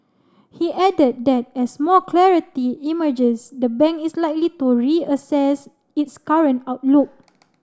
he added that as more clarity emerges the bank is likely to reassess its current outlook